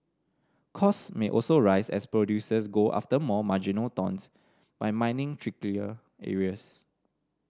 costs may also rise as producers go after more marginal tons by mining trickier areas